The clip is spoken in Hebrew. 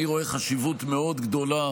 אני רואה חשיבות מאוד גדולה